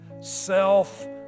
self